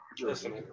Listen